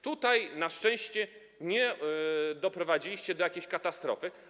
Tutaj na szczęście nie doprowadziliście do jakiejś katastrofy.